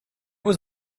was